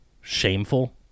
shameful